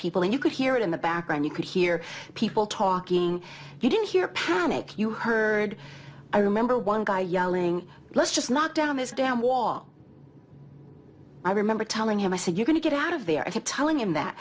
people and you could hear it in the background you could hear people talking you don't hear panic you heard i remember one guy yelling let's just knock down this damn wall i remember telling him i said you going to get out of there i kept telling him that